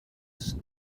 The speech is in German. ist